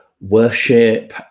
worship